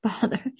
Father